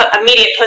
immediate